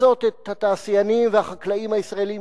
לפצות את התעשיינים והחקלאים הישראלים